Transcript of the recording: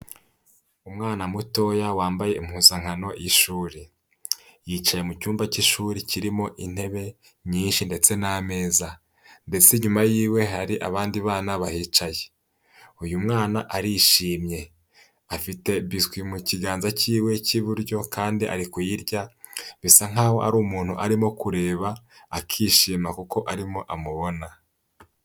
Umwana mutoya wambaye impuzankano y'ishuri. Yicaye mu cyumba cy'ishuri kirimo intebe nyinshi ndetse n'ameza. Ndetse inyuma yiwe hari abandi bana bahicaye. Uyu mwana arishimye, afite biswi mu kiganza cyiwe cy'iburyo kandi ari kuyirya, bisa nkaho hari umuntu arimo kureba akishima kuko arimo amubona.